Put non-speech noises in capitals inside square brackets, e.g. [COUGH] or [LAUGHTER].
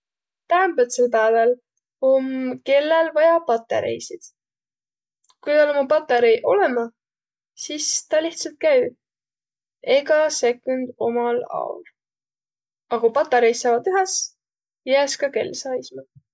Täämbädsel pääväl om kelläl vaja patareisid. Kui [UNINTELLIGIBLE] patareiq olõmah, sis tä lihtsalt käü. Ega sekund umal aol. A ku patareiq saavaq tühäs, jääs ka kell saisma.